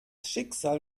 schicksal